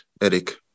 Eric